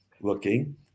looking